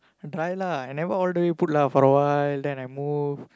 dry lah I never all the way put lah for a while then I move